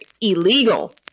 illegal